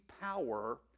power